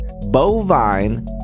Bovine